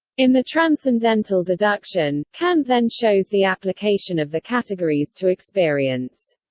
in the transcendental deduction, kant then shows the application of the categories to experience.